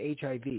HIV